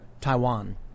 Taiwan